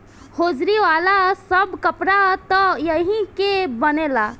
hosiery वाला सब कपड़ा त एही के बनेला